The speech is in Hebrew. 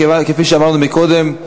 כפי שאמרנו קודם,